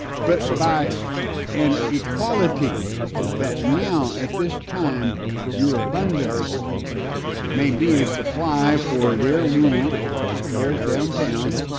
but by an equality that now at this time your abundance may be a supply for their want. and that's the boys downtown,